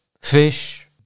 Fish